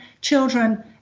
children